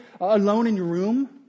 alone-in-your-room